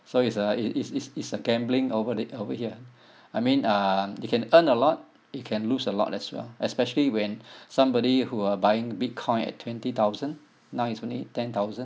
so it's uh it's it's it's it's a gambling over the over here I mean um it can earn a lot it can lose a lot as well especially when somebody who are buying bitcoin at twenty thousand now it's only ten thousand